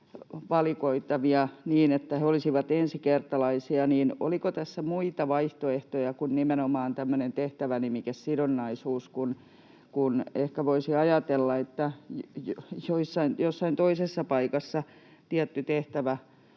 valikoitavia niin, että he olisivat ensikertalaisia, niin oliko tässä muita vaihtoehtoja kuin nimenomaan tämmöinen tehtävänimikesidonnaisuus, kun ehkä voisi ajatella, että jossain toisessa paikassa tietty tehtävä